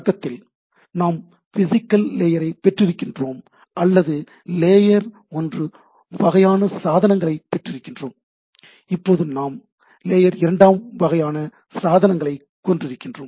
தொடக்கத்தில் நாம் பிசிகல் லேயரைப் பெற்றிருக்கின்றோம் அல்லது லேயர் ஒன்று வகையான சாதனங்களை பெற்றிருக்கின்றோம் இப்பொழுது நாம் லேயர் இரண்டாம் வகையான சாதனங்களை கொண்டிருக்கின்றோம்